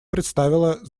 представила